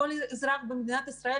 לכל אזרח במדינת ישראל,